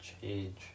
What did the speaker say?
change